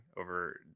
over